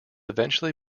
eventually